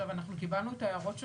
אנחנו קיבלנו את ההערות שלכם.